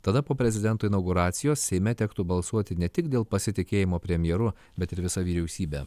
tada po prezidento inauguracijos seime tektų balsuoti ne tik dėl pasitikėjimo premjeru bet ir visa vyriausybe